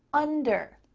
under,